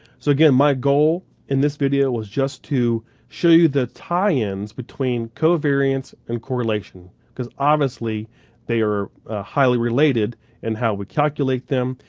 so again, my goal in this video was just to show you the tie ins between covariance and correlation cause obviously they are highly related in and how we calculate them,